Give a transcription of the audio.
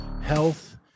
health